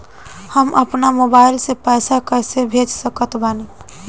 हम अपना मोबाइल से पैसा कैसे भेज सकत बानी?